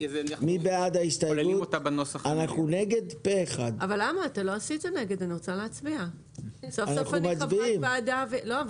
ההסתייגויות האלה עניינן מחיקת הסעיפים האלה.